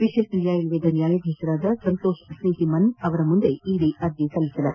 ವಿಶೇಷ ನ್ಲಾಯಾಲಯದ ನ್ಲಾಯಾಧೀಶರಾದ ಸಂತೋಷ್ ಸ್ನೇಹಿ ಮನ್ ಅವರ ಮುಂದೆ ಇಡಿ ಅರ್ಜಿ ಸಲ್ಲಿಸಿದೆ